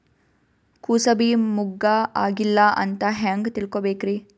ಕೂಸಬಿ ಮುಗ್ಗ ಆಗಿಲ್ಲಾ ಅಂತ ಹೆಂಗ್ ತಿಳಕೋಬೇಕ್ರಿ?